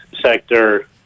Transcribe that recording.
sector